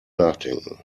nachdenken